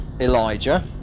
Elijah